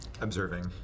Observing